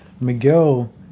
Miguel